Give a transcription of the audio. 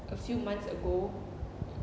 a few months ago